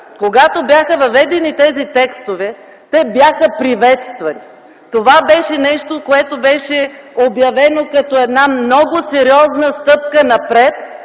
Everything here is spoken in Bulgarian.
Когато бяха въведени тези текстове, те бяха приветствани. Това беше обявено като една много сериозна стъпка напред